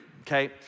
okay